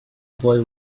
boy